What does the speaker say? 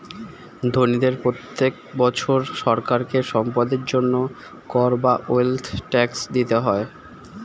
ধনীদের প্রত্যেক বছর সরকারকে সম্পদের জন্য কর বা ওয়েলথ ট্যাক্স দিতে হয়